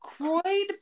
Croyd